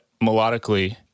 melodically